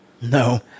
No